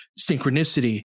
synchronicity